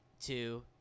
two